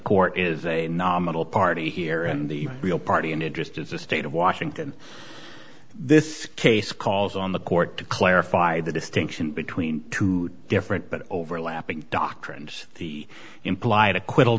court is a nominal party here and the real party in interest of the state of washington this case calls on the court to clarify the distinction between two different but overlapping doctrines the implied acqui